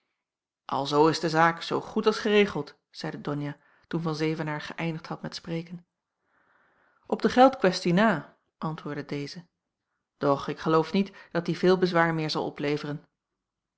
alzoo is de zaak zoo goed als geregeld zeide donia toen van zevenaer geëindigd had met spreken op de geldquestie na antwoordde deze doch ik geloof niet dat die veel bezwaar meer zal opleveren